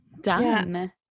done